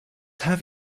have